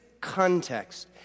context